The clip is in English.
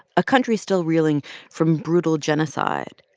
a country still reeling from brutal genocide.